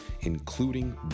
including